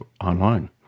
online